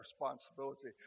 responsibility